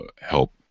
help